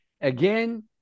Again